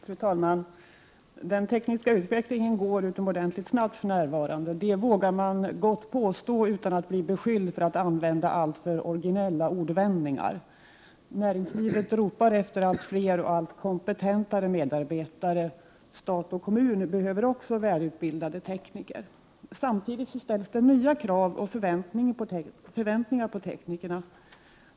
Fru talman! Den tekniska utvecklingen går utomordentligt snabbt för närvarande. Det vågar man gott påstå utan att bli beskylld för att använda alltför originella ordvändningar. Näringslivet ropar efter allt fler och allt kompetentare medarbetare. Stat och kommun behöver också välutbildade tekniker. Samtidigt ställs det nya krav och förväntningar på teknikerna.